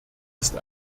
ist